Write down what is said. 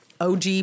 OG